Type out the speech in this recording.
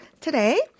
today